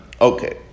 Okay